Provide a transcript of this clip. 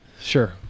Sure